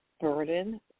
burden